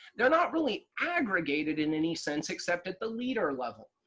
they're not really aggregated in any sense except at the leader level,